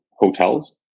hotels